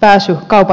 pääsy kaupan hyllyille vaikeutuu